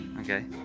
okay